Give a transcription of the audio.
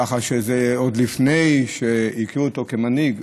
ככה שזה עוד לפני שהכירו אותו כמנהיג.